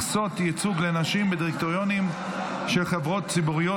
מכסות ייצוג לנשים בדירקטוריונים של חברות ציבוריות),